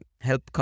help